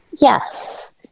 yes